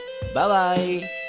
Bye-bye